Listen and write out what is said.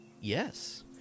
Yes